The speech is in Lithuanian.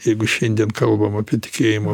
jeigu šiandien kalbam apie tikėjimo